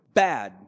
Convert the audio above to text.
bad